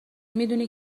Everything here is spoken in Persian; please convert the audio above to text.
میدونی